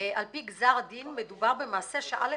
על פי גזר הדין מדובר במעשה ש-א,